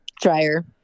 dryer